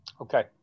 Okay